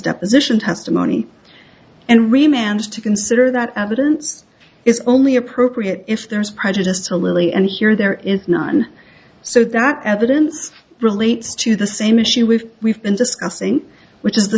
deposition testimony and remember to consider that evidence is only appropriate if there is prejudice to lily and here there is none so that evidence relates to the same issue we've we've been discussing which